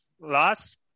last